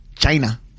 china